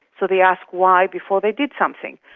so they asked why before they did something.